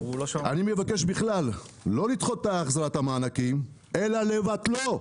אני מבקש בכלל לא לדחות את החזרת המענקים אלא לבטלם.